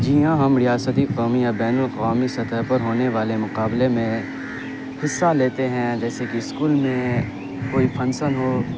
جی ہاں ہم ریاستی قومی یا بین الاقوامی سطح پر ہونے والے مقابلے میں حصہ لیتے ہیں جیسے کہ اسکول میں کوئی پھنکسن ہو